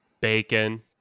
bacon